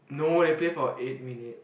no leh play for eight minute